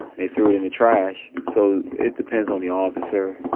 they threw it in the trash. so, it depends on the officer.